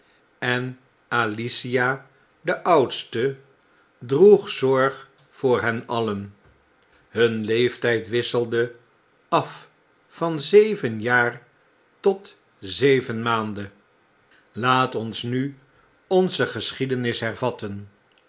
en alicia de oudste droeg zorg voor hen alien hun leeftijd wisselde af van zeven jaar tot zeven raaanden laat ons mi onze geschiedenis hervatten